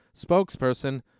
spokesperson